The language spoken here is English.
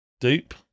dupe